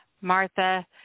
Martha